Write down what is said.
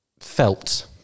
felt